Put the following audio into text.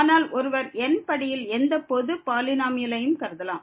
ஆனால் ஒருவர் n படியில் எந்த பொது பாலினோமியலையும் கருதலாம்